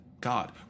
God